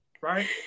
right